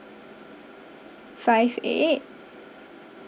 five eight